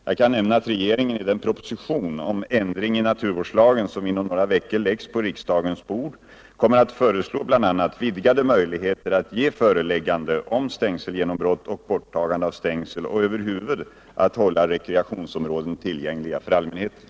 Jag kan nämna att regeringen i den proposition om ändring i naturvårdslagen som inom några veckor läggs på riksdagens bord kommer att föreslå bl.a. vidgade möjligheter att ge föreläggande om stängselgenombrott och borttagande av stängsel och över huvud att hålla rekreationsområden tillgängliga för allmänheten.